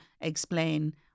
explain